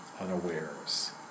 unawares